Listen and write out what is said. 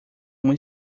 uma